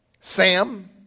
Sam